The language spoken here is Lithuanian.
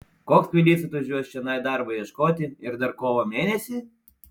koks kvailys atvažiuos čionai darbo ieškoti ir dar kovo mėnesį